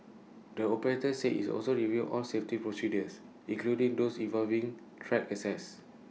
the operator said it's also review all safety procedures including those involving track access